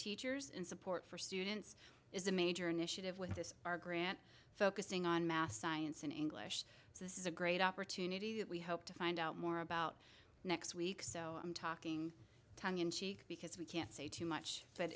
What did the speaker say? teachers and support for students is a major initiative with this our grant focusing on math science and english so this is a great opportunity that we hope to find out more about next week so i'm talking tongue in cheek because we can't say too much but